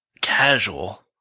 Casual